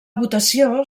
votació